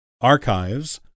archives